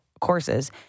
courses